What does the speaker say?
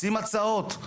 מציעים הצעות.